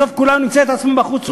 בסוף כולם ימצאו את עצמם בחוץ,